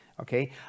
Okay